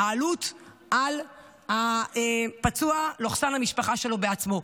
העלות על הפצוע/המשפחה שלו בעצמו.